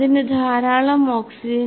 അതിനു ധാരാളം ഓക്സിജൻ